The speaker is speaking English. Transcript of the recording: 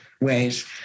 ways